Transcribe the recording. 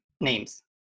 names